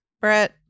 Brett